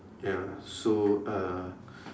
ya so uh